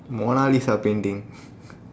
Mona Lisa painting